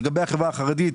לגבי החברה החרדית,